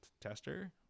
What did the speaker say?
tester